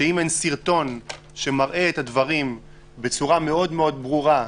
שאם אין סרטון שמראה את הדברים בצורה מאוד מאוד ברורה,